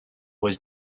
was